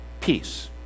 peace